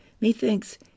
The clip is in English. methinks